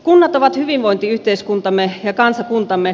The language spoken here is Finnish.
kunnat ovat hyvinvointiyhteiskuntamme kansakuntamme